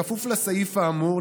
בכפוף לסעיף האמור,